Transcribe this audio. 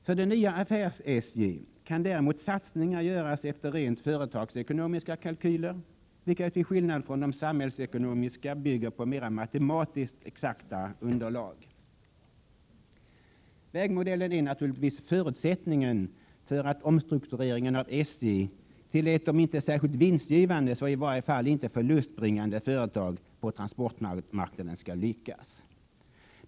För det nya affärs-SJ kan däremot satsningar göras efter rent företagsekonomiska kalkyler, vilka till skillnad från de samhällsekonomiska bygger på mera matematiskt exakt underlag. Vägmodellen är naturligtvis förutsättningen för att omstruktureringen av SJ till ett om inte särskilt vinstgivande så i varje fall inte förlustbringande företag på transportmarknaden skall lyckas.